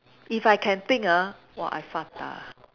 if I can think ah !wah! I